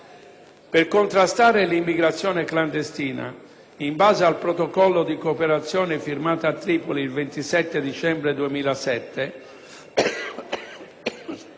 Per contrastare l'immigrazione clandestina, in base al Protocollo di cooperazione firmato a Tripoli il 27 dicembre 2007,